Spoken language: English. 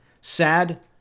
sad